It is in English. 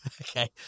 okay